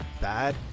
bad